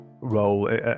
role